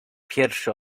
pierwszy